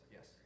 Yes